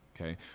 okay